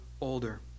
older